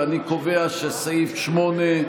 ואני קובע שסעיף 8,